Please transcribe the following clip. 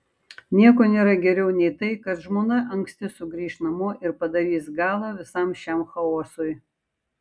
nieko nėra geriau nei tai kad žmona anksti sugrįš namo ir padarys galą visam šiam chaosui